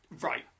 Right